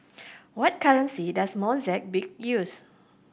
what currency does Mozambique use